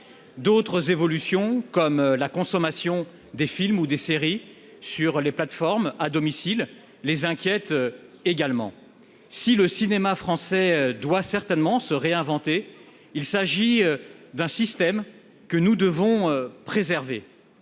d'autres évolutions comme la consommation des films ou des séries sur les plateformes à domicile les inquiète également si le cinéma français doit certainement se réinventer, il s'agit d'un système que nous devons préserver